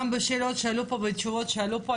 גם בשאלות ששאלו פה והתשובות שעלו פה,